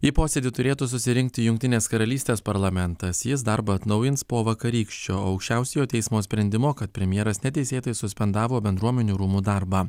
į posėdį turėtų susirinkti jungtinės karalystės parlamentas jis darbą atnaujins po vakarykščio aukščiausiojo teismo sprendimo kad premjeras neteisėtai suspendavo bendruomenių rūmų darbą